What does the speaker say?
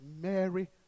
Mary